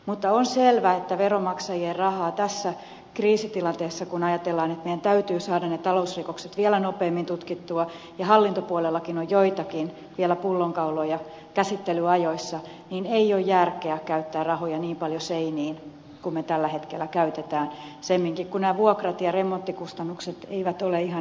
mutta on selvää että veronmaksajien rahaa tässä kriisitilanteessa kun ajatellaan että meidän täytyy saada ne talousrikokset vielä nopeammin tutkittua ja hallintopuolellakin on vielä joitakin pullonkauloja käsittelyajoissa ei ole järkeä käyttää niin paljon seiniin kuin me tällä hetkellä käytämme semminkin kun vuokrat ja remonttikustannukset eivät ole ihan halvimmasta päästä